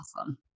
Awesome